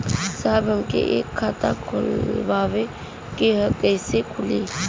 साहब हमके एक खाता खोलवावे के ह कईसे खुली?